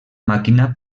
màquina